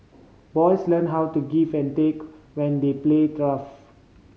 boys learn how to give and take when they play rough